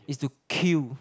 is to queue